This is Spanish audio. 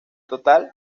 total